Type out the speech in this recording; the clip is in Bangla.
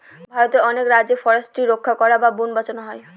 ভারতের অনেক রাজ্যে ফরেস্ট্রি রক্ষা করা বা বোন বাঁচানো হয়